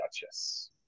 Duchess